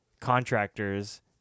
contractors